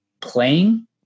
playing